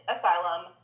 asylum